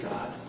God